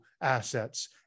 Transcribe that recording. assets